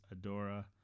Adora